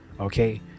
Okay